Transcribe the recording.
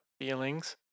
feelings